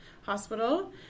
hospital